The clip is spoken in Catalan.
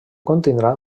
contindrà